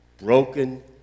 broken